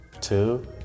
Two